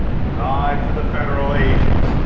lied to the federal agents,